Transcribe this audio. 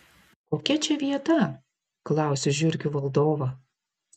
kokia čia vieta klausiu žiurkių valdovą